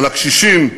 על הקשישים,